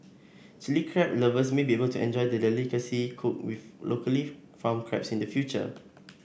Chilli Crab lovers may be able to enjoy the delicacy cooked with locally farmed crabs in the future